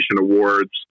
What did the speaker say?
Awards